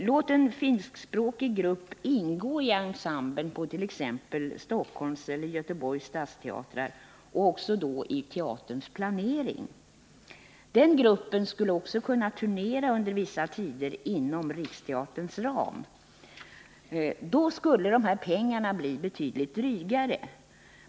Låt en finskspråkig grupp ingå i ensemblen på t.ex. Stockholms eller Göteborgs stadsteater och även få delta i teaterns planering. Den gruppen skulle också under vissa tider kunna turnera inom Riksteaterns ram. Då skulle pengarna bli betydligt drygare.